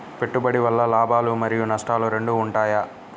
పెట్టుబడి వల్ల లాభాలు మరియు నష్టాలు రెండు ఉంటాయా?